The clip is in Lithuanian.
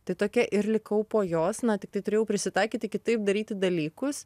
tai tokia ir likau po jos na tiktai turėjau prisitaikyti kitaip daryti dalykus